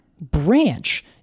branch